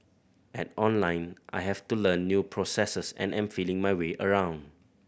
at Online I have to learn new processes and am feeling my way around